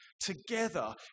Together